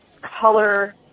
color